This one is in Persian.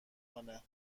کنه